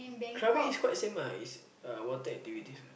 Krabi it's quite same lah it's uh water activities only